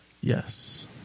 Yes